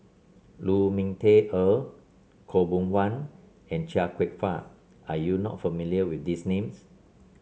Lu Ming Teh Earl Khaw Boon Wan and Chia Kwek Fah are you not familiar with these names